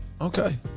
okay